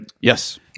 Yes